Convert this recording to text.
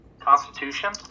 Constitution